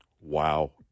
Wow